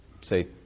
say